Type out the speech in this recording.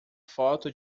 foto